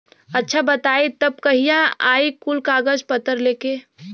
अच्छा बताई तब कहिया आई कुल कागज पतर लेके?